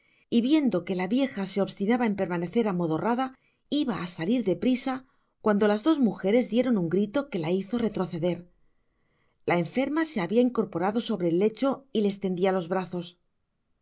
y viendo que la vieja se obstinaba en permanecer amodorrada iba á salir de prisa cuando las dos mugeres dieron un grito que la hizo retroceder la enferma se habia incorporado sobre el lecho y las tendia los brazos